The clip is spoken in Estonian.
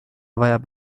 vajab